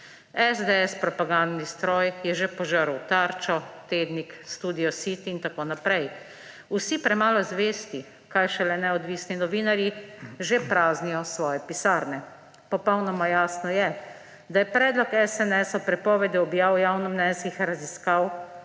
Propagandni stroj SDS je že požrl Tarčo, Tednik, Studio City in tako naprej. Vsi premalo zvesti, kaj šele neodvisni novinarji že praznijo svoje pisarne. Popolnoma jasno je, da je predlog SNS o prepovedi objav javnomnenjskih raziskav